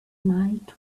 night